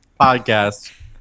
podcast